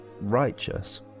righteous